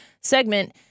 segment